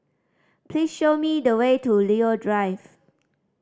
please show me the way to Leo Drive